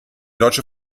deutsche